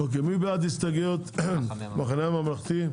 מי בעד הסתייגויות המחנה הממלכתי?